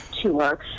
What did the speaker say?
tour